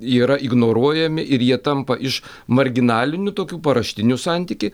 yra ignoruojami ir jie tampa iš marginalinių tokių paraštinių santykį